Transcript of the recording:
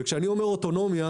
כשאני אומר אוטונומיה,